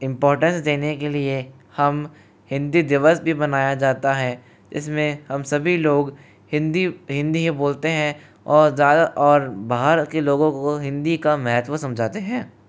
importance देने के लिए हम हिंदी दिवस भी मनाया जाता है इसमें हम सभी लोग हिंदी हिंदी ही बोलते हैं और ज़्यादा और बाहर के लोगों को हिंदी का महत्व समझाते हैं